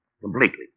Completely